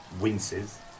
winces